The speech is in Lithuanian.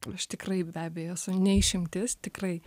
aš tikrai be abejo esu ne išimtis tikrai